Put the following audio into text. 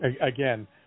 Again